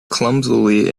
clumsily